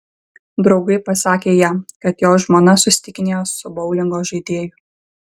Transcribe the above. draugai pasakė jam kad jo žmona susitikinėjo su boulingo žaidėju